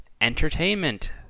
entertainment